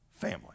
family